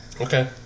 Okay